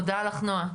תודה רבה, נועה.